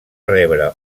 rebre